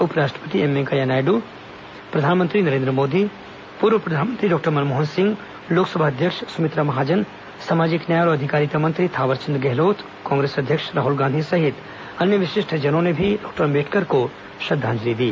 उपराष्ट्रपति एम वेंकैया नायडू प्रधानमंत्री नरेन्द्र मोदी पूर्व प्रधानमंत्री डॉक्टर मनमोहन सिंह लोकसभा अध्यक्ष सुमित्रा महाजन सामाजिक न्याय और अधिकारिता मंत्री थावरचंद गहलोत कांग्रेस अध्यक्ष राहल गांधी सहित अन्य विशिष्ट जनों ने भी डॉक्टर अम्बेडकर को श्रद्वांजलि दी